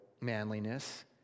manliness